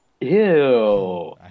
Ew